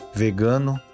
vegano